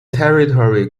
territory